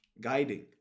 guiding